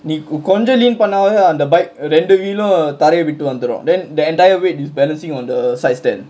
நீ கொஞ்ச:nee konja lean பண்ணாவே அந்த:pannaavae antha bike ரெண்டு:rendu wheel um தரைய விட்டு வந்துரும்:tharaiya vittu vanthurumthen the entire weight is balancing on the side stand